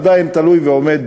עדיין תלוי ועומד